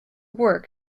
work